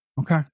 okay